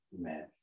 amen